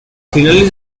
finales